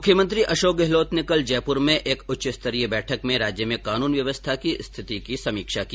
मुख्यमंत्री अशोक गहलोत ने कल जयपूर में एक उच्च स्तरीय बैठक में राज्य में कानून व्यवस्था की स्थिति की समीक्षा की